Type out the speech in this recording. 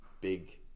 big